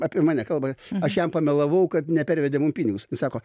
apie mane kalba aš jam pamelavau kad nepervedė mum pinigus ir sako